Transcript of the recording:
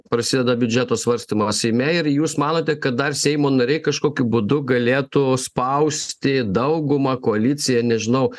prasideda biudžeto svarstymas seime ir jūs manote kad dar seimo nariai kažkokiu būdu galėtų spausti daugumą koaliciją nežinau